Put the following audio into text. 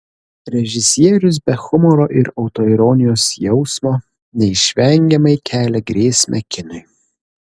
režisierius be humoro ir autoironijos jausmo neišvengiamai kelia grėsmę kinui